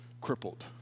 crippled